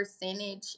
percentage